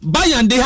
Bayern